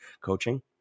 coaching